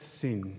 sin